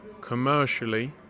commercially